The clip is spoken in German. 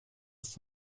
ist